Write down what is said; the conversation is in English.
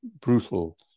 brutal